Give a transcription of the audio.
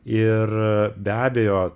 ir be abejo